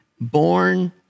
born